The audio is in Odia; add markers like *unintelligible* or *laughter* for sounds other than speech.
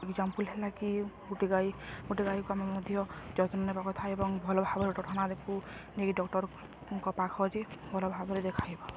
ଏଗ୍ଜାମ୍ପଲ୍ ହେଲା କି ଗୋଟେ ଗାଈ ଗୋଟେ ଗାଈକୁ ଆମେ ମଧ୍ୟ ଯତ୍ନ ନେବା କଥା ଏବଂ ଭଲ ଭାବରେ *unintelligible* ଦେଖୁ ନେଇକି ଡକ୍ଟରଙ୍କ ପାଖ ଯେ ଭଲ ଭାବରେ ଦେଖାଇବା